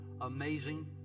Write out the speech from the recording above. Amazing